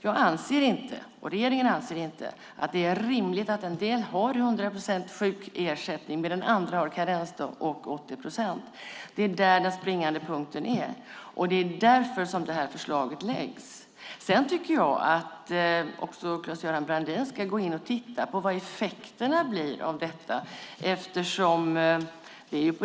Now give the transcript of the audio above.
Jag och regeringen anser inte att det är rimligt att en del har 100 procents sjukersättning medan andra har karensdag och 80 procents ersättning. Det är den springande punkten. Det är därför det här förslaget läggs fram. Sedan tycker jag att också Claes-Göran Brandin ska gå in och titta på vad effekterna av detta blir.